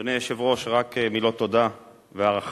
אדוני היושב-ראש, רק מילות תודה והערכה,